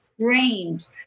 trained